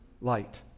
light